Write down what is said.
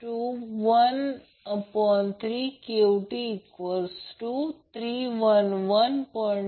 म्हणून √ j म्हणजे आणि j याचा अर्थj e j π 2